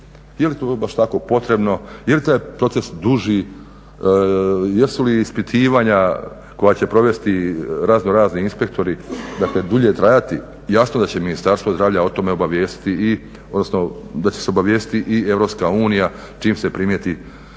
Je li to baš tako potrebno, je li taj proces duži, jesu li ispitivanja koja će provesti razno razni inspektori, dakle dulje trajati. Jasno da će Ministarstvo zdravlja o tome obavijestiti i, odnosno da će se obavijestiti i Europska unija čim se primijeti